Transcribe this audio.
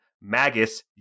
Magus